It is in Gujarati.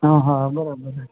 અહ બરાબર હે